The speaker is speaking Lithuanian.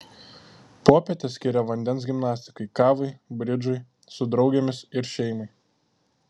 popietes skiria vandens gimnastikai kavai bridžui su draugėmis ir šeimai